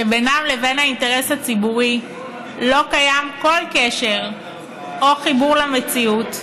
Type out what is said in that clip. שבינם לבין האינטרס הציבורי לא קיים כל קשר או חיבור למציאות,